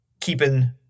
keeping